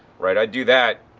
right. i'd do that,